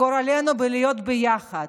גורלנו בלהיות ביחד,